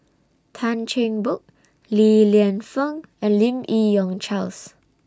Tan Cheng Bock Li Lienfung and Lim Yi Yong Charles